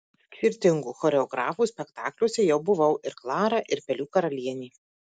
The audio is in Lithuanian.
skirtingų choreografų spektakliuose jau buvau ir klara ir pelių karalienė